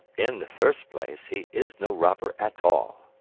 in the first place, he is no robber at all,